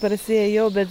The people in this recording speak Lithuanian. tarsi ėjau bet